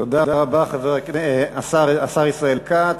תודה רבה, השר ישראל כץ.